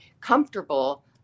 comfortable